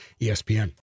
ESPN